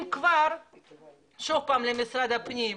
משרד הפנים,